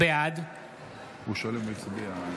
בעד תמה ההצבעה.